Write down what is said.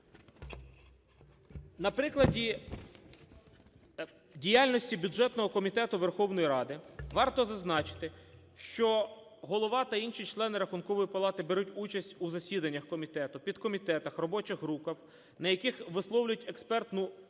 На прикладі діяльності бюджетного комітету Верховної Ради варто зазначити, що голова та інші члени Рахункової палати беруть участь у засіданнях комітету, підкомітетах, робочих групах, на яких висловлюють експертну оцінку